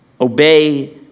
Obey